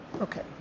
Okay